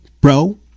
Bro